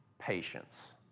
patience